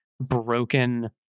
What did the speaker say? broken